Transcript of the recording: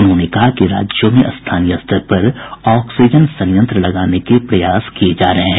उन्होंने कहा कि राज्यों में स्थानीय स्तर पर ऑक्सीजन संयंत्र लगाने के प्रयास किए जा रहे हैं